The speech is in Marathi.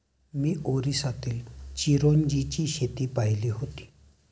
मी ओरिसातील चिरोंजीची शेती पाहिली होती